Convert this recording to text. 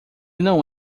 não